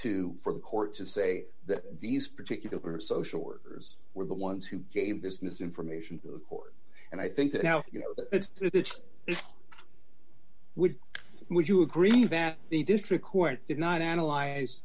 to for the court to say that these particular social workers were the ones who gave this misinformation to the court and i think that now you know it's would you agree that the district court did not analyze